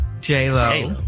J-Lo